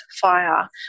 fire